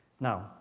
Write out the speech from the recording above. Now